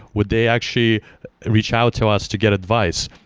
would they actually reach out to us to get advice?